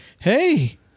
hey